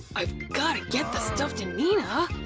i've gotta get the stuff to nina!